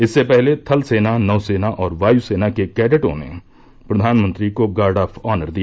इससे पहले थलसेना नौसेना और वायुसेना के कैडटों ने प्रधानमंत्री को गार्ड ऑफ ऑनर दिया